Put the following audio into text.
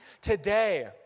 today